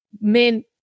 men